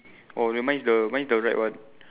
oh then mine is the mine is the right one